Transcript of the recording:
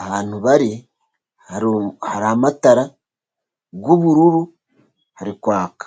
Ahantu bari, hari amatara y'ubururu hari kwaka.